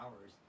hours